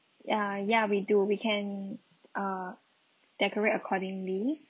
ya ya we do we can uh decorate accordingly